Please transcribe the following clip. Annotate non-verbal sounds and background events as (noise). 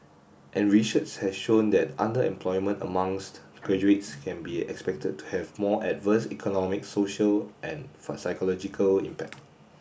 and research has shown that underemployment amongst graduates can be expected to have more adverse economic social and (unintelligible) psychological impact